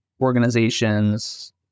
organizations